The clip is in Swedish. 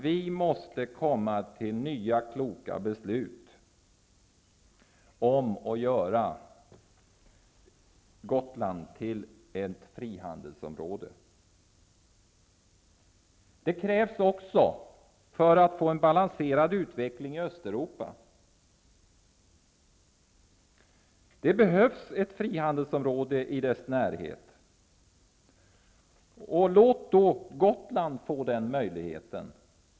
Vi måste komma fram till nya kloka beslut om att göra Gotland till ett frihandelsområde. För att få en balanserad utveckling i Östeuropa krävs det också ett frihandelsområde i dess närhet. Låt då Gotland få den möjligheten.